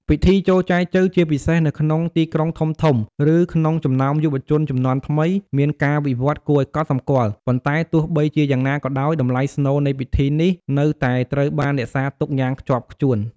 ពិធីចូលចែចូវ ជាពិសេសនៅក្នុងទីក្រុងធំៗ ឬក្នុងចំណោមយុវជនជំនាន់ថ្មី មានការវិវឌ្ឍន៍គួរឲ្យកត់សម្គាល់ ប៉ុន្តែទោះបីជាយ៉ាងណាក៏ដោយ តម្លៃស្នូលនៃពិធីនេះនៅតែត្រូវបានរក្សាទុកយ៉ាងខ្ជាប់ខ្ជួន។